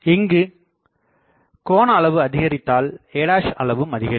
இங்குக் கோண அளவு அதிகரித்தால் a அளவும் அதிகாரிக்கும்